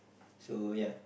so ya